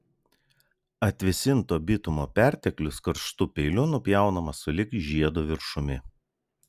atvėsinto bitumo perteklius karštu peiliu nupjaunamas sulig žiedo viršumi